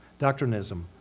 doctrinism